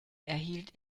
erhielt